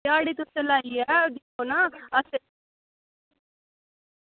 ध्याड़ी तुसें लाइयै दिक्खो ना